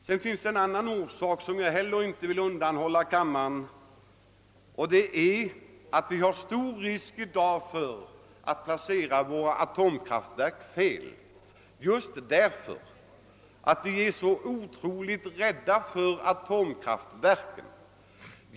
Det finns en annan aspekt som jag inte heller vill undanhålla kammaren, och det är att det i dag föreligger stor risk för att vi placerar våra atomkraftverk felaktigt, just därför att vi är så otroligt rädda för atomkraftverken.